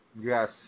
Yes